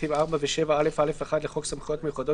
התשפ"א - 2021 תקנות סמכויות מיוחדות